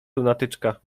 lunatyczka